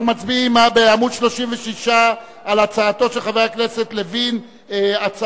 אנחנו מצביעים על הצעתו של חבר הכנסת לוין בעמוד 36,